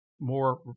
more